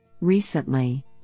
Recently